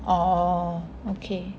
orh okay